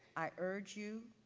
i urge you